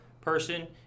person